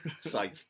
Safe